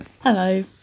Hello